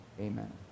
Amen